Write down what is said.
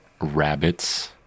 Rabbits